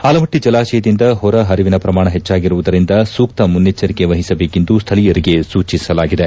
ಆಲಮಟ್ಟಿ ಜಲಾಶಯದಿಂದ ಹೊರ ಹರಿವಿನ ಪ್ರಮಾಣ ಹೆಚ್ಚಾಗಿರುವುದರಿಂದ ಸೂಕ್ತ ಮುನ್ನೆಚ್ಚರಿಕೆ ವಹಿಸಬೇಕೆಂದು ಸ್ಥಳೀಯರಿಗೆ ಸೂಚಿಸಲಾಗಿದೆ